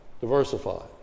Diversify